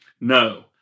No